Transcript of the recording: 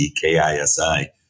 K-I-S-I